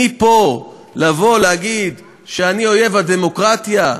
מפה לבוא להגיד שאני אויב הדמוקרטיה?